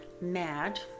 mad